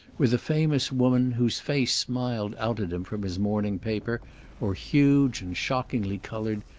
with a famous woman, whose face smiled out at him from his morning paper or, huge and shockingly colored,